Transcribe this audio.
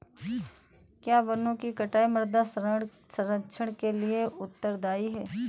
क्या वनों की कटाई मृदा क्षरण के लिए उत्तरदायी है?